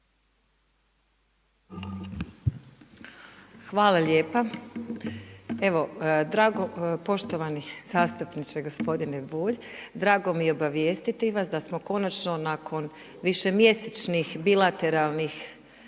Hvala lijepa. Evo, poštovani zastupniče gospodine Bulj drago mi je obavijestiti vas da smo konačno nakon višemjesečnih bilateralnih